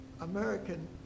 American